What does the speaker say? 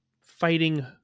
Fighting